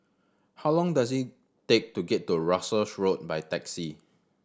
how long does it take to get to Russels Road by taxi